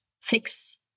fix